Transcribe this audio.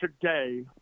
today